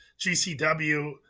GCW